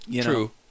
True